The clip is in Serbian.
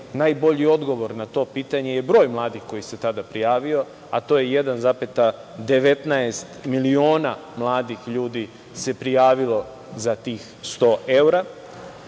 najbolji odgovor na to pitanje je broj mladih koji se tada prijavio, a to je 1,19 miliona mladih ljudi se prijavilo za tih 100